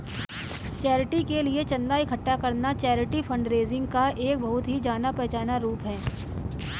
charity के लिए चंदा इकट्ठा करना चैरिटी फंडरेजिंग का एक बहुत ही जाना पहचाना रूप है